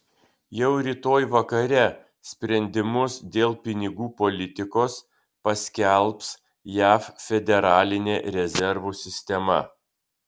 jau rytoj vakare sprendimus dėl pinigų politikos paskelbs jav federalinė rezervų sistema